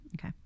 Okay